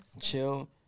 Chill